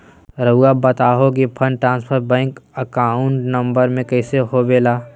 रहुआ बताहो कि fund transfer bank account number में कैसे होबेला?